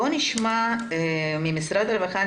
נשמע את דניאל כץ ממשרד הרווחה.